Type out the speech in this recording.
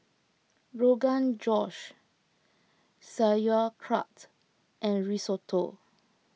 Rogan Josh Sauerkraut and Risotto